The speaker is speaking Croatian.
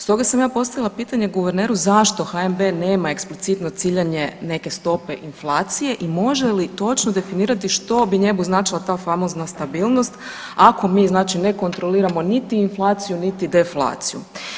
Stoga sam ja postavila pitanje guverneru zašto HNB nema eksplicitno ciljanje neke stope inflacije i može li točno definirati što bi njemu značila ta famozna stabilnost ako mi znači ne kontroliramo niti inflaciju, niti deflaciju.